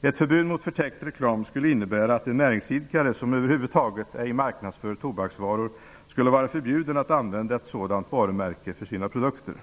Ett förbud mot förtäckt reklam skulle innebära att en näringsidkare som över huvud taget ej marknadsför tobaksvaror skulle vara förbjuden att använda ett sådant varumärke för sina produkter.